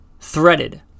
threaded